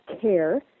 CARE